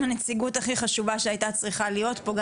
הנציגות הכי חשובה שהייתה צריכה להיות פה,